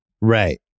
Right